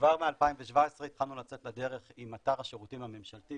כבר ב-2017 התחלנו לצאת לדרך עם אתר השירותים הממשלתי,